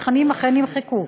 ותכנים אכן נמחקו.